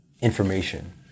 information